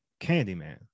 Candyman